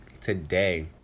today